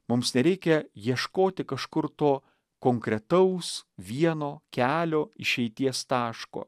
mums nereikia ieškoti kažkur to konkretaus vieno kelio išeities taško